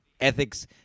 ethics